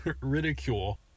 ridicule